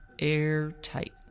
airtight